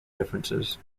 differences